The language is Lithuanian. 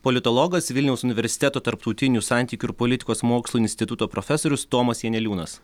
politologas vilniaus universiteto tarptautinių santykių ir politikos mokslų instituto profesorius tomas janeliūnas